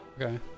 Okay